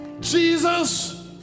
Jesus